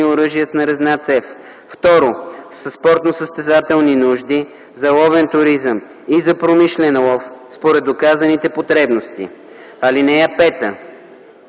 оръжия с нарезна цев; 2. спортносъстезателни нужди, за ловен туризъм и за промишлен лов – според доказаните потребности. (5) Извън